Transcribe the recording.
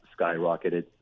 skyrocketed